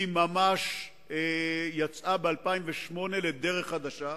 בישראל יצאה ב-2008 לדרך חדשה.